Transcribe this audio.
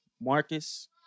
Marcus